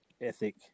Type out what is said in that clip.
ethic